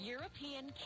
European